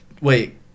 Wait